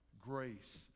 grace